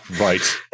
Right